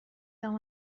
دام